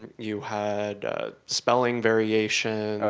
and you had spelling variations,